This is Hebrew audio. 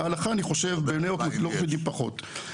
אני חושב שבבני ברק לא מקפידים פחות על ההלכה.